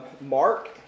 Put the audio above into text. Mark